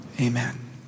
amen